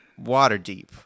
Waterdeep